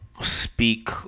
speak